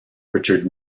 richard